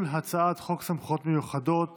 הצעת חוק סמכויות מיוחדות